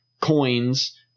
Coins